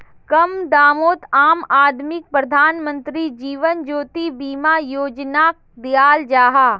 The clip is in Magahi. कम दामोत आम आदमीक प्रधानमंत्री जीवन ज्योति बीमा योजनाक दियाल जाहा